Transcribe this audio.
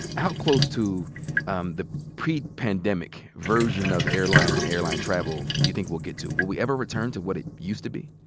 how close to um the pre-pandemic version of airlines and airline travel do you think we'll get to? will we ever return to what it used to be?